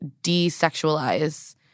desexualize